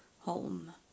home